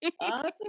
awesome